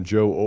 Joe